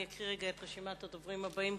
אני אקרא את רשימת הדוברים הבאים,